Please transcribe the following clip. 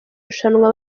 rushanwa